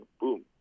boom